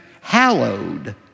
hallowed